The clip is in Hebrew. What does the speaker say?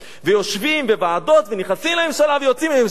ויושבים בוועדות ונכנסים לממשלה ויוצאים מהממשלה.